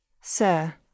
Sir